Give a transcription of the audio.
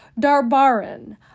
Darbarin